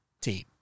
team